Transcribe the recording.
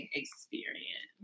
experience